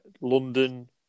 London